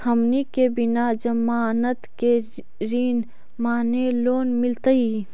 हमनी के बिना जमानत के ऋण माने लोन मिलतई?